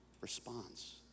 response